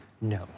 no